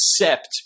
accept